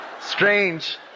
Strange